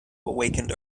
awakened